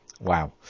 Wow